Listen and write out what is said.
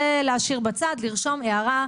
זה להשאיר בצד, לרשום הערה.